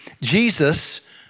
Jesus